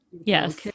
Yes